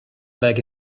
leg